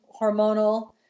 hormonal